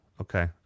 okay